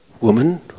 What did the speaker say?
Woman